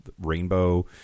rainbow